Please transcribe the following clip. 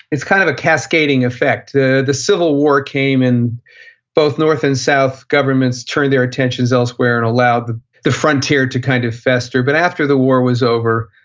it's kind of a cascading effect. the civil war came, and both north and south governments turned their attentions elsewhere, and allowed the the frontier to kind of fester. but after the war was over,